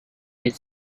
with